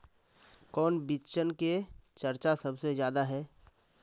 कौन बिचन के चर्चा सबसे ज्यादा है?